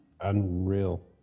Unreal